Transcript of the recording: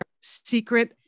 secret